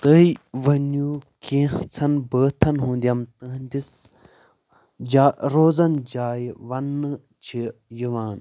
تُہۍ ؤنِو کینژَھن بٲتن ہُند یِم تُہٕندِس جا روزن جایہِ ونٛنہٕ چھِ یِوان